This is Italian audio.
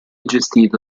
gestita